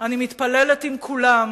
אני מתפללת עם כולם